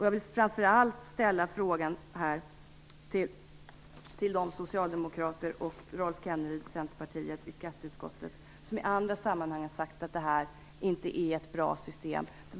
Jag vill framför allt ställa frågan till Rolf Kenneryd, Centerpartiet, och de socialdemokrater i skatteutskottet som i andra sammanhang har sagt att det här inte är ett bra system.